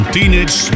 Teenage